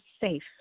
safe